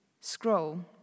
scroll